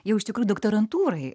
jau iš tikrųjų doktorantūroj